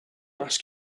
ask